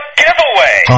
giveaway